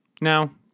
Now